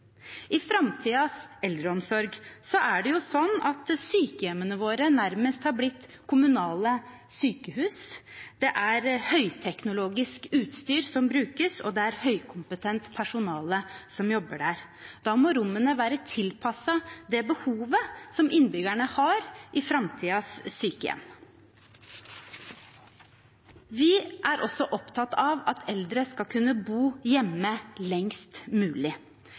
I framtidens eldreomsorg er det sånn at sykehjemmene våre nærmest har blitt kommunale sykehus. Det er høyteknologisk utstyr som brukes, og det er høykompetent personale som jobber der. Da må rommene være tilpasset det behovet som innbyggerne har, i framtidens sykehjem. Vi er også opptatt av at eldre skal kunne bo hjemme lengst mulig.